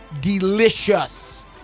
delicious